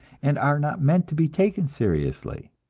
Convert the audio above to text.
and are not meant to be taken seriously.